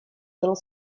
little